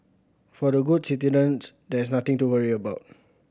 for the good citizens there is nothing to worry about